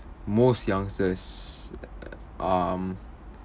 most youngsters err um